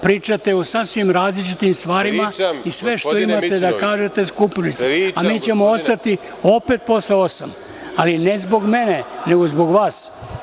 Pričate o sasvim različitim stvarima i sve što imate da kažete skupili ste, a mi ćemo ostati opet posle osam, ali ne zbog mene nego zbog vas.